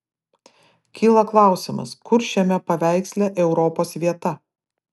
kyla klausimas kur šiame paveiksle europos vieta